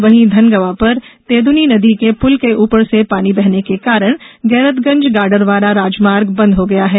वहीं धनगंवा पर तेदनी नदी के पुल के ऊपर से बहने के कारण गैरतगंज गाडरवारा राजमार्ग बंद हो गया है